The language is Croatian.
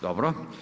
Dobro.